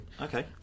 Okay